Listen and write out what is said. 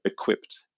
equipped